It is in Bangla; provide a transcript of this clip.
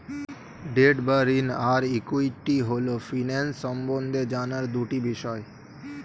ডেট বা ঋণ আর ইক্যুইটি হল ফিন্যান্স সম্বন্ধে জানার দুটি বিষয়